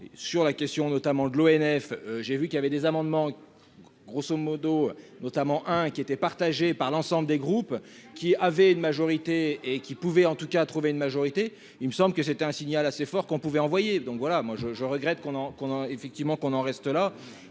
sur la question notamment de l'ONF, j'ai vu qu'il y avait des amendements, grosso modo, notamment un qui était partagée par l'ensemble des groupes qui avait une majorité et qu'qui pouvait en tout cas à trouver une majorité, il me semble que c'était un signal assez fort qu'on pouvait envoyer donc voilà, moi je, je regrette qu'on en qu'on a